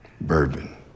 Bourbon